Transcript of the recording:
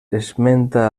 esmenta